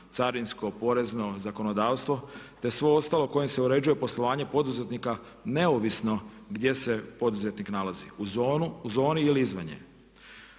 carinsko, porezno zakonodavstvo te sve ostalo kojim se uređuje poslovanje poduzetnika neovisno gdje se poduzetnik nalazi, u zoni ili izvan nje.